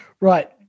Right